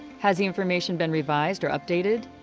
has the information been revised or updated?